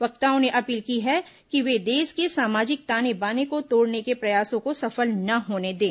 वक्ताओं ने अपील की है कि वे देश के सामाजिक ताने बाने को तोड़ने के प्रयासों को सफल न होने दें